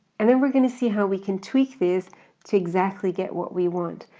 and then we're gonna see how we can tweak this to exactly get what we want.